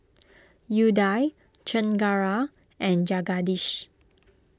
Udai Chengara and Jagadish